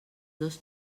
dos